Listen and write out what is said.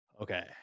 Okay